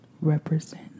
represent